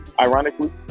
ironically